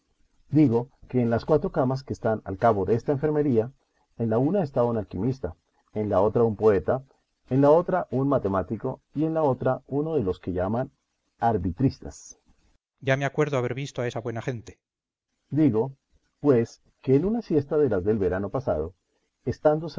digo que en las cuatro camas que están al cabo desta enfermería en